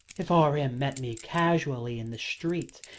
if r m. met me casually in the street,